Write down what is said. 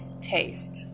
taste